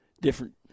different